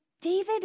David